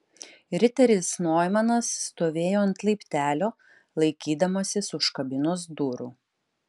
riteris noimanas stovėjo ant laiptelio laikydamasis už kabinos durų